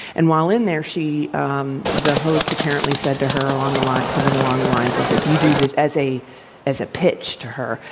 and while in there, she um the host apparently said to her along the line something along the lines of, if you do this as a as a pitch to her,